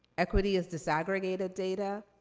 equity as disaggregated data.